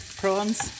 prawns